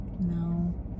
No